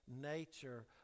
nature